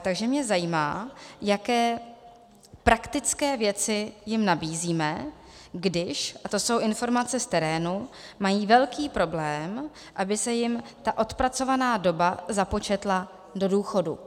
Takže mě zajímá, jaké praktické věci jim nabízíme, když a to jsou informace z terénu mají velký problém, aby se jim odpracovaná doba započetla do důchodu.